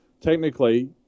Technically